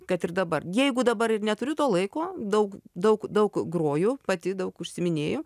kad ir dabar jeigu dabar ir neturiu to laiko daug daug daug groju pati daug užsiiminėju